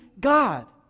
God